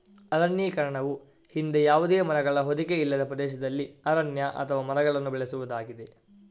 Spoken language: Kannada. ಅರಣ್ಯೀಕರಣವು ಹಿಂದೆ ಯಾವುದೇ ಮರಗಳ ಹೊದಿಕೆ ಇಲ್ಲದ ಪ್ರದೇಶದಲ್ಲಿ ಅರಣ್ಯ ಅಥವಾ ಮರಗಳನ್ನು ಬೆಳೆಸುವುದಾಗಿದೆ